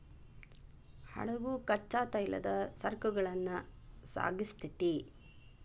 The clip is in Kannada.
ಹಡಗು ಕಚ್ಚಾ ತೈಲದ ಸರಕುಗಳನ್ನ ಸಾಗಿಸ್ತೆತಿ